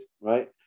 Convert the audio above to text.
right